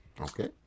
Okay